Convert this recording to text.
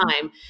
time